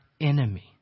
enemy